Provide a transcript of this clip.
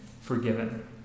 forgiven